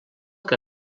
que